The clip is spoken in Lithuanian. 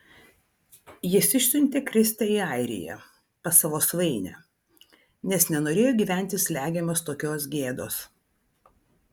jis išsiuntė kristę į airiją pas savo svainę nes nenorėjo gyventi slegiamas tokios gėdos